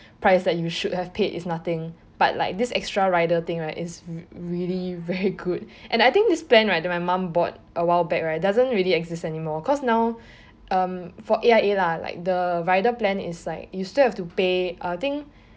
price that you should have paid is nothing but like this extra rider thing right is re~ really very good and I think this plan that my mum bought awhile back right doesn't really exist anymore cause now um for A_I_A lah like the rider plan is like you still have to pay uh I think